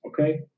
okay